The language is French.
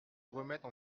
remettre